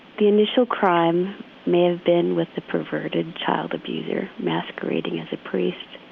the initial crime may have been with the perverted child abuser masquerading as a priest,